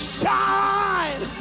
shine